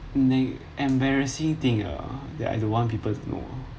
neg embarrassing thing ah that I don't want people to know